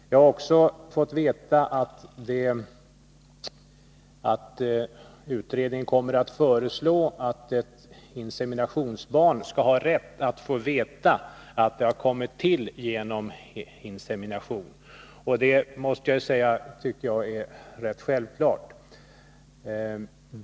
Jag har också fått veta att utredningen kommer att föreslå att ett inseminationsbarn skall ha rätt att få veta att det kommit till genom insemination. Jag tycker detta är rätt självklart.